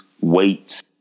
weights